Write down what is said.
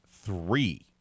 three